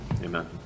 Amen